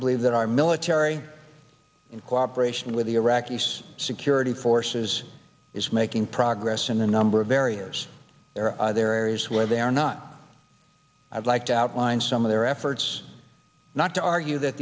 believe that our military in cooperation with the iraqis security forces is making progress in a number of areas there there are areas where they are not i'd like to outline some of their efforts not to argue that